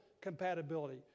compatibility